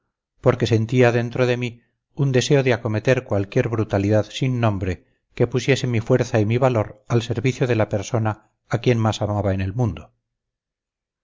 porque sentía dentro de mí un deseo de acometer cualquier brutalidad sin nombre que pusiese mi fuerza y mi valor al servicio de la persona a quien más amaba en el mundo